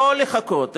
לא לחכות,